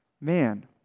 man